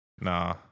Nah